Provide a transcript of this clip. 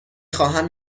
خواهم